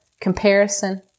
comparison